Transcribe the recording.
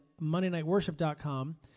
mondaynightworship.com